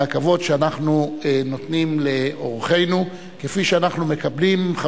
אלא כבוד שאנחנו נותנים לאורחינו כפי שאנחנו מקבלים,